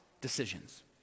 decisions